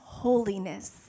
Holiness